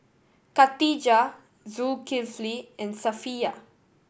Khatijah Zulkifli and Safiya